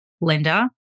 Linda